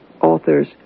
authors